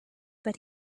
but